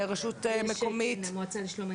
רשות מקומית?